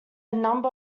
number